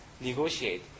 negotiate